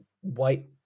white